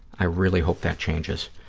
i really hope that changes.